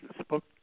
spoke